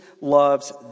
loves